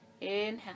inhale